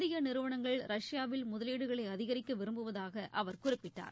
இந்திய நிறுவனங்கள் ரஷ்யாவில் முதலீடுகளை அதிகரிக்க விரும்புவதாக அவர் குறிப்பிட்டார்